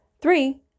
Three